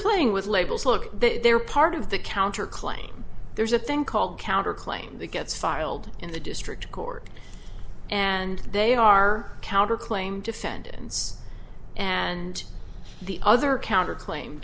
playing with labels look they're part of the counter claim there's a thing called counter claim that gets filed in the district court and they are counter claim defendants and the other counter claim